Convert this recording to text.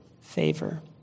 favor